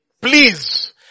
please